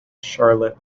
charlotte